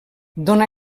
dóna